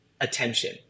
attention